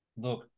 Look